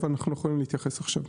אבל אנחנו יכולים להתייחס עכשיו.